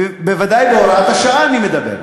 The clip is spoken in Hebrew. בוודאי, בהוראת השעה אני מדבר.